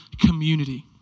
community